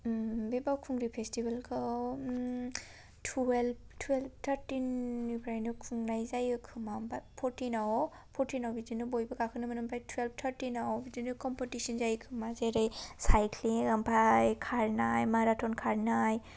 बे बावखुंग्रि फेस्टिबेलखौ टुवेल्ब टुवेल्ब टार्टिन निफ्रायनो खुंनाय जायो खोमा बाट फरटिनाव फरटिनाव बिदिनो बयबो गाखोनो मोनो ओमफ्राय टुवेल्ब टार्टिन आव बिदिनो कमपिटिशन जायो खोमा जेरै सायक्लिं ओमफ्राय खारनाय माराथन खारनाय